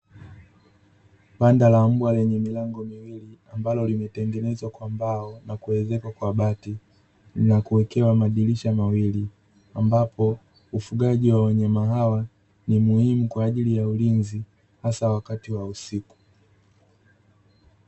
Banda la mbwa lenye milango miwili, ambalo limetengenezwa kwa mbao na kuezekwa kwa bati na kuwekewa madirisha mawili, ambapo ufugaji wa wanyama hawa ni muhimu kwa ajili ya ulinzi hasa wakati wa usiku.